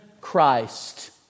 Christ